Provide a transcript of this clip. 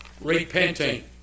repenting